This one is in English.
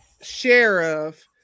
sheriff